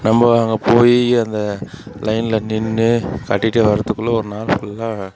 நம்ம அங்கே போய் அந்த லைனில் நின்று கட்டிவிட்டு வரத்துக்குள்ளே ஒரு நாள் ஃபுல்லாக